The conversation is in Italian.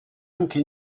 anche